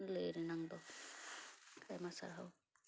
ᱞᱟᱹᱭ ᱨᱮᱱᱟᱜ ᱫᱚ ᱟᱭᱢᱟ ᱥᱟᱨᱦᱟᱣ